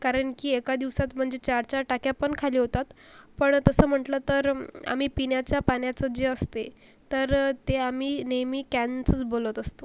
कारण की एका दिवसात म्हणजे चार चार टाक्या पण खाली होतात पण तसं म्हटलं तर आम्ही पिण्याच्या पाण्याचं जे असते तर ते आम्ही नेहमी कॅन्सच बोलवत असतो